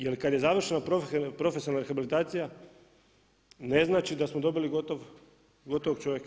Jer kada je završena profesionalna rehabilitacija ne znači da smo dobili gotovog čovjeka.